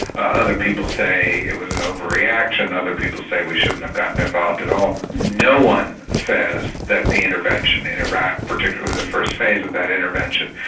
other people say it was an over-reaction, other people say we shouldn't have gotten involved at all. no one says that the intervention in iraq particularly the first phase of that intervention,